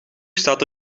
staat